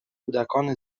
کودکان